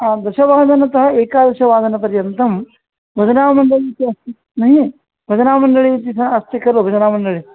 हा दशवादनतः एकादशवादनपर्यन्तं भजनावलिः इति अस्ति न भजनावलिः इति अस्ति खलु भजनावलिः